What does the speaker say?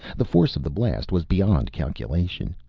the force of the blast was beyond calculation.